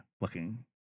looking